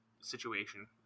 situation